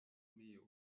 armeo